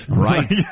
Right